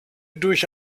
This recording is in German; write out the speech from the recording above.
durch